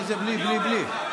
מי אמר שזה בלי בלי בלי?